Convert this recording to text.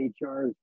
HR